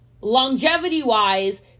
longevity-wise